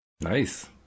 Nice